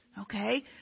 Okay